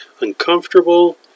uncomfortable